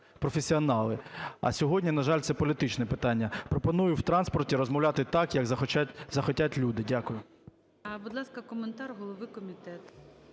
професіонали. А сьогодні, на жаль, це політичне питання. Пропоную в транспорті розмовляти так, як захотять люди. Дякую. ГОЛОВУЮЧИЙ. Будь ласка, коментар голови комітету.